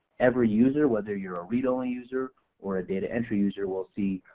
every user whether you're a read only user or a data entry user will see